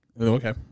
Okay